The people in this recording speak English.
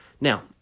now